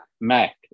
Mac